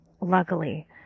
luckily